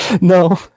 No